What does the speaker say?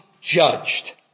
judged